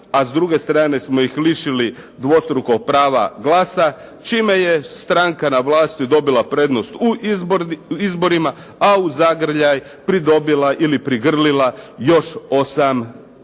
a s druge strane smo ih lišili dvostrukog prava glasa, čime je stranka na vlasti dobila prednost u izborima a u zagrljaj pridobila i prigrlila još 8 manjinskih